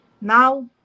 Now